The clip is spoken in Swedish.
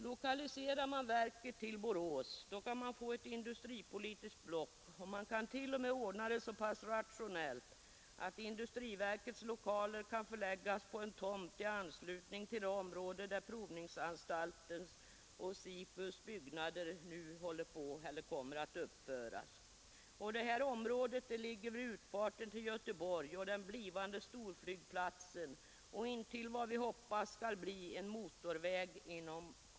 Lokaliserar man verket till Borås kan man få ett industripolitiskt block, och man kan t.o.m. ordna det så rationellt att industriverkets lokaler kan förläggas på en tomt i anslutning till det område där provningsanstaltens och SIFU:s byggnader kommer att uppföras. Detta område ligger vid utfarten till Göteborg och den blivande storflygplatsen och intill vad vi hoppas inom kort skall bli motorväg.